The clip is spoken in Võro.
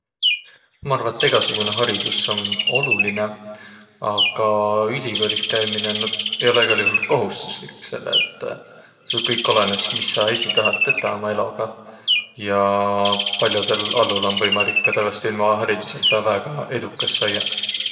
Maq arva, et egäsugunõ haridus om olulinõ, aga ülikoolih käümine ei olõq egäl juhul kohustuslik, selle et tuu kõik olõnõs, mis saq esiq tahat tetäq uma eloga. Ja pall'odõl alul om võimalik ka tävveste ilma haridusõlda väega edukas saiaq.